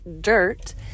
dirt